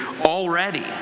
already